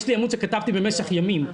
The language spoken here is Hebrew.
יש לי עמוד שכתבתי במשך ימים,